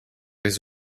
his